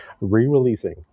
re-releasing